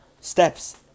steps